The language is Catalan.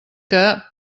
que